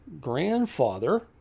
grandfather